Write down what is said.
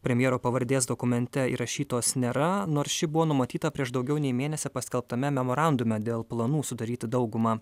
premjero pavardės dokumente įrašytos nėra nors ši buvo numatyta prieš daugiau nei mėnesį paskelbtame memorandume dėl planų sudaryti daugumą